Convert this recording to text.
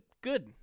good